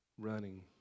running